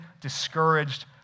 discouraged